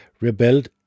rebelled